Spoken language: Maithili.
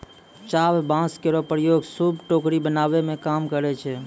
चाभ बांस केरो प्रयोग सूप, टोकरी बनावै मे काम करै छै